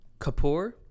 Kapoor